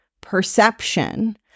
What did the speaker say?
perception